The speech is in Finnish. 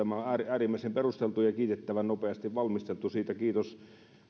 äärimmäisen perusteltu ja kiitettävän nopeasti valmisteltu siitä kiitos